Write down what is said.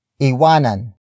iwanan